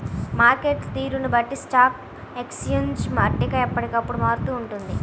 market తీరును బట్టి stock exchange పట్టిక ఎప్పటికప్పుడు మారుతూ ఉంటుంది